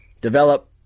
develop